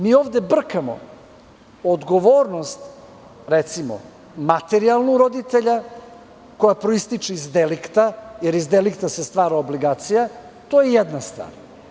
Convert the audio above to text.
Mi ovde brkamo odgovornost, recimo, materijalnu, roditelja, koja proističe iz delikta, jer iz delikta se stvara obligacija a to je jedna stvar.